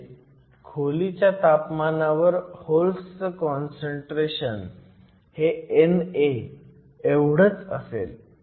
म्हणजे खोलीच्या तापमानात होल्सचं काँसंट्रेशन हे NA एवढंच असेल